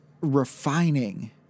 refining